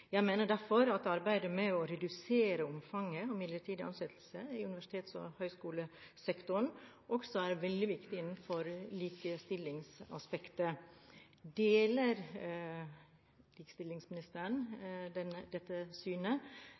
Jeg mener derfor at arbeidet med å redusere omfanget av midlertidige ansettelser i universitets- og høyskolesektoren også er veldig viktig i et likestillingsaspekt. Deler likestillingsministeren dette synet?